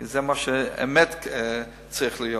כי זה מה שבאמת צריך להיות,